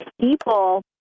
people